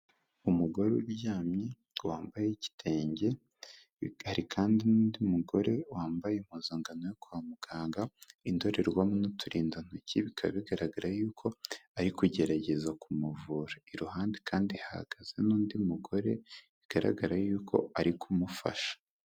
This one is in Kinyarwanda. Umugore uryamye wambaye igitenge, hari kandi n'undi mugore wambaye impuzankano yo kwa muganga, indorerwamo n'uturindantoki, bi kugerageza kumuvura. Iruhande kandi hahagaze n'undi mugore bigaragara yuko ari kumufasha.